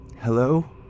Hello